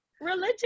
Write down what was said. religion